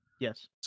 Yes